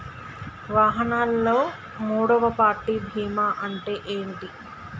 వాహనాల్లో మూడవ పార్టీ బీమా అంటే ఏంటి?